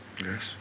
Yes